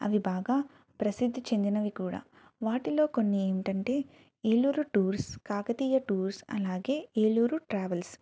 అవి బాగా ప్రసిద్ధి చెందినవి కూడా వాటిలో కొన్ని ఏమిటంటే ఏలూరు టూర్స్ కాకతీయ టూర్స్ అలాగే ఏలూరు ట్రావెల్స్